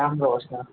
राम्रो होस् न